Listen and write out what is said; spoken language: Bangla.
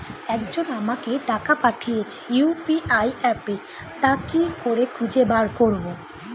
একজন আমাকে টাকা পাঠিয়েছে ইউ.পি.আই অ্যাপে তা কি করে খুঁজে বার করব?